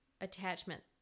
attachment